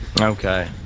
Okay